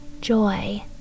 joy